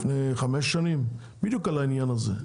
לפני כחמש שנים, בדיוק על העניין הזה.